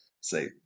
say